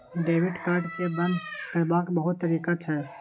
debit card केँ बंद करबाक बहुत तरीका छै